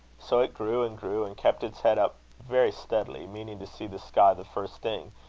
so it grew and grew, and kept its head up very steadily, meaning to see the sky the first thing,